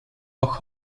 auch